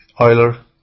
Euler